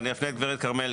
אני אפנה לגברת כרמל,